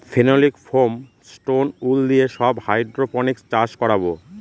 phenolic foam, stone wool দিয়ে সব hydroponics চাষ করাবো